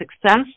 success